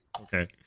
Okay